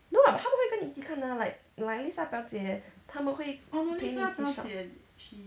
no [what] 他们会跟你一起看吗 like like lisa 表姐他们会陪你一起 shop